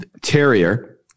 terrier